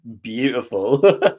beautiful